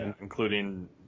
Including